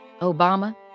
Obama